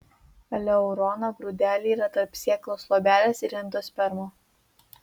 aleurono grūdeliai yra tarp sėklos luobelės ir endospermo